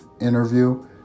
interview